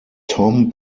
tom